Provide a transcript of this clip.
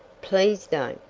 please don't.